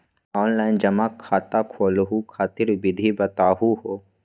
Online जमा खाता खोलहु खातिर विधि बताहु हो?